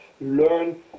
learn